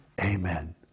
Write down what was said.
Amen